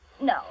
No